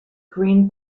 green